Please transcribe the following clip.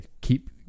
keep